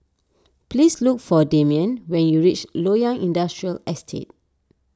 please look for Demian when you reach Loyang Industrial Estate